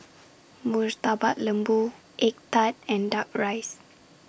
Murtabak Lembu Egg Tart and Duck Rice